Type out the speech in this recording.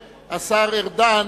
תודה רבה.